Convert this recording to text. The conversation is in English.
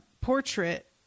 portrait